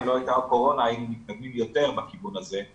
אם לא הייתה הקורונה היינו מתקדמים יותר בכיוון הזה,